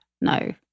no